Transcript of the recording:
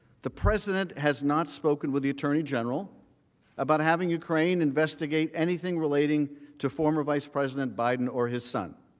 the president has not spoken with the attorney general about having ukraine investigate anything relating to former vice president biden or his son.